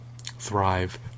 thrive